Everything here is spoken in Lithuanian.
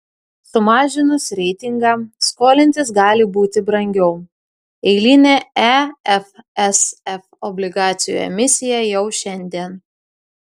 sumažinus reitingą skolintis gali būti brangiau eilinė efsf obligacijų emisija jau šiandien